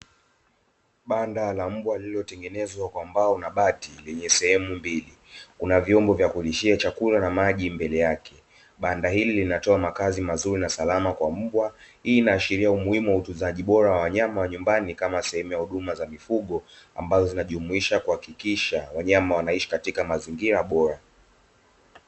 Banda la mbwa lililotengenezwa kwa mbao na bati lenye sehemu mbili, kuna vyombo vya kulishia chakula na maji mbele yake. Banda hili linatoa makazi mazuri na salama kwa mbwa, hii inaashiria umuhimu wa utunzaji bora wa wanyama wa nyumbani kama sehemu ya huduma za mifugo ambazo zinajumuisha kuhakikisha wanyama wanaishi katika mazingira bora.